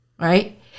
Right